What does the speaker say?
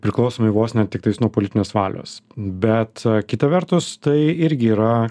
priklausomai vos ne tiktais nuo politinės valios bet kita vertus tai irgi yra